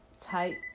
type